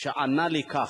שענה לי כך: